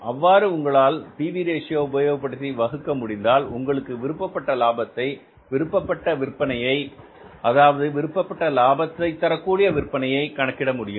அவ்வாறு உங்களால் P V ratio PV Ratio உபயோகப்படுத்தி வகுக்க முடிந்தால் உங்களுக்கு விருப்பப்பட்ட லாபத்தை விருப்பப்பட்ட விற்பனையை அதாவது விருப்பப்பட்ட லாபத்தை தரக்கூடிய விற்பனையை கணக்கிட முடியும்